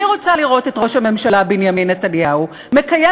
אני רוצה לראות את ראש הממשלה בנימין נתניהו מקיים